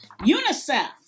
UNICEF